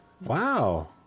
Wow